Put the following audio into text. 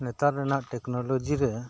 ᱱᱮᱛᱟᱨ ᱨᱮᱱᱟᱜ ᱴᱮᱠᱱᱳᱞᱚᱡᱤ ᱨᱮ